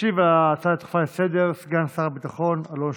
ישיב על הצעה הדחופה לסדר-היום סגן שר הביטחון אלון שוסטר,